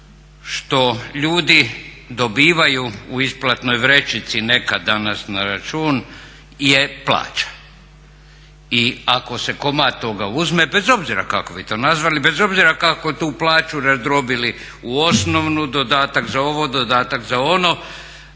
što ljudi dobivaju u isplatnoj vrećici nekad, danas na račun je plaća. I ako se komad toga uzme, bez obzira kako vi to nazvali, bez obzira kako tu plaću razdrobili u osnovnu, dodatak za ovo, dodatak za ono,